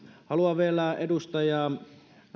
haluan vielä edustaja